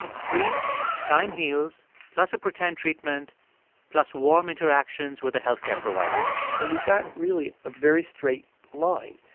three time heals plus a pretend treatment plus warm interactions with a health care provider and we got really a very straight line.